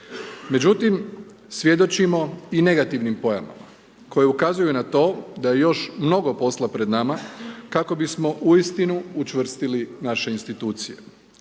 Međutim, svjedočimo i negativnim pojavama koje ukazuju na to da je još mnogo posla pred nama kako bismo uistinu učvrstili naše institucije.